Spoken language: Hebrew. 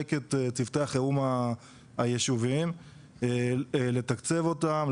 ולחזק את צוותי החירום היישוביים לתקצב אותם,